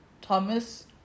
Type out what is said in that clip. Thomas